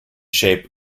shape